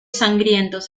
sangrientos